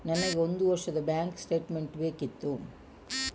ನನಗೆ ಒಂದು ವರ್ಷದ ಬ್ಯಾಂಕ್ ಸ್ಟೇಟ್ಮೆಂಟ್ ಬೇಕಿತ್ತು